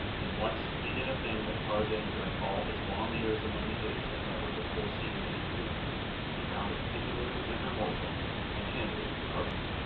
and once he did a thing that tarzan during all his long years among the apes had never before seen an ape do he found a particularly tender morsel and handed it to tarzan.